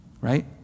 right